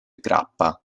grappa